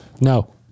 No